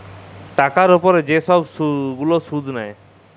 টাকার উপরে যে ছব গুলা সুদ লেয়